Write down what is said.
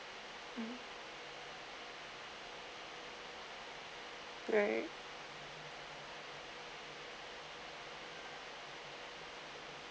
um right